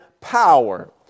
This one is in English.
power